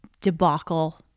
debacle